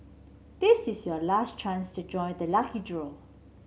this is your last chance to join the lucky draw